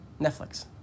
Netflix